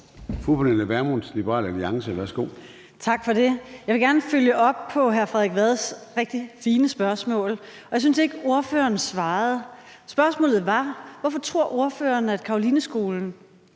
Kl. 21:32 Pernille Vermund (LA): Tak for det. Jeg vil gerne følge op på hr. Frederik Vads rigtig fine spørgsmål, for jeg synes ikke, ordføreren svarede. Spørgsmålet var: Hvorfor tror ordføreren, at Carolineskolen